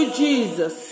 jesus